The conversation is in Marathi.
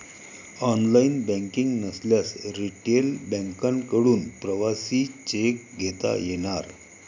ऑनलाइन बँकिंग नसल्यास रिटेल बँकांकडून प्रवासी चेक घेता येणार